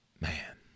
Man